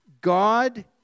God